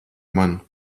man